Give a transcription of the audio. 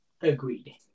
Agreed